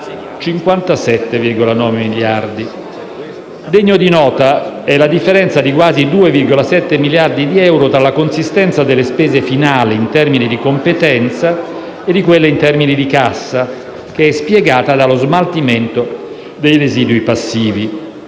57,9 miliardi. Degna di nota è invece la differenza di quasi 2,7 miliardi di euro tra la consistenza delle spese finali in termini di competenza e di quelle in termini di cassa, spiegata dallo smaltimento dei residui passivi.